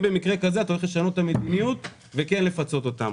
במקרה כזה אתה הולך לשנות את המדיניות וכן לפצות אותם?